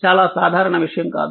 చాలా సాధారణ విషయం కాదు